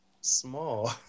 small